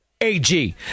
AG